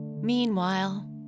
Meanwhile